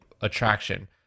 attraction